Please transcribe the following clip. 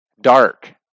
dark